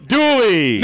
Dooley